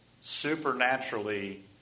supernaturally